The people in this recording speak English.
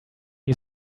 you